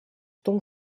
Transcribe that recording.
том